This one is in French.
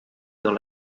dans